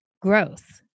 growth